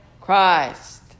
Christ